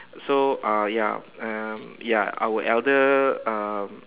so uh ya um ya our elder um